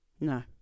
No